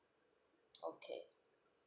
okay